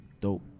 dope